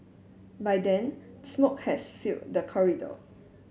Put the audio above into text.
by then smoke had filled the corridor